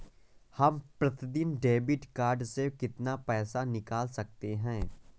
हम प्रतिदिन debit card से कितना पैसा निकाल सकते हैं?